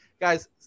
guys